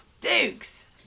Dukes